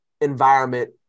environment